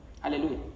Hallelujah